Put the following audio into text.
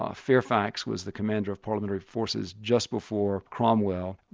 ah fairfax was the commander of parliamentary forces just before cromwell.